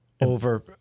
over